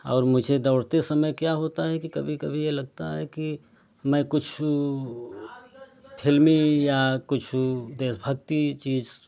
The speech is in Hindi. और मुझे दौड़ते समय क्या होता है कि कभी कभी यह लगता है कि मैं कुछ फ़िल्मी या कुछ देशभक्ति चीज़